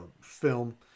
film